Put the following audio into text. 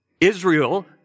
Israel